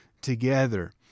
together